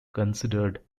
considered